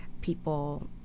People